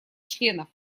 членов